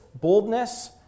Boldness